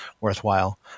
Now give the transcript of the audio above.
worthwhile